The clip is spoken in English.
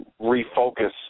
refocus